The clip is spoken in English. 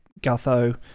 Gutho